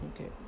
Okay